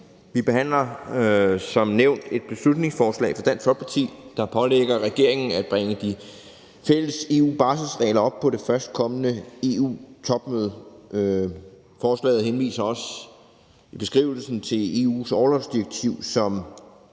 Vi behandler som nævnt et beslutningsforslag fra Dansk Folkeparti, der pålægger regeringen at bringe de fælles EU-barselsregler op på det førstkommende EU-topmøde. Forslaget henviser også i bemærkningerne til EU's orlovsdirektiv, som